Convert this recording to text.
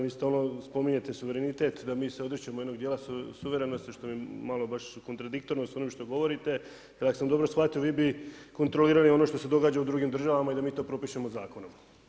Vi spominjete suverenitet da mi se odričemo jednog dijela suverenosti što mi je malo baš kontradiktorno s onim što govorite jel ako sam dobro shvatio vi bi kontrolirali ono što se događa u drugim državama i da mi to propišemo zakonom.